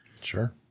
Sure